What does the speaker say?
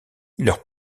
leur